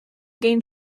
gained